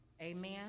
Amen